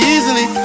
Easily